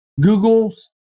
Google's